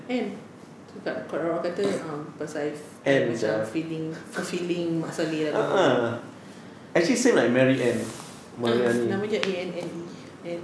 ann itu dekat orang-orang kata um pasal dia macam feeling fe~ feeling mat salleh dia punya bunyi ah nama dia A N N E anne